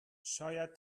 شاید